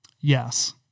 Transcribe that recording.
Yes